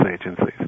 agencies